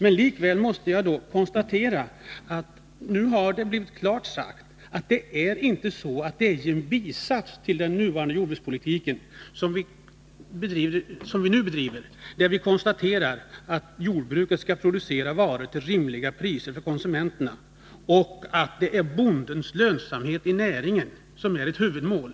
Jag måste följaktligen konstatera att det nu blivit klart sagt att det inte är en bisats till den nuvarande jordbrukspolitiska målsättningen när vi konstaterar att jordbruket skall producera varor till rimliga priser för konsumenterna och att det är bondens lönsamhet i näringen som är huvudmålet.